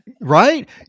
Right